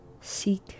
seek